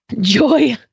joy